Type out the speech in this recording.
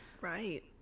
right